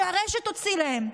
שהרשת תוציא להם,